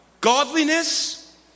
Godliness